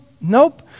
Nope